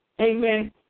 amen